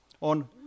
on